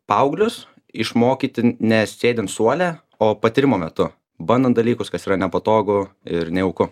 paauglius išmokyti ne sėdint suole o patyrimo metu bandant dalykus kas yra nepatogu ir nejauku